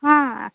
हां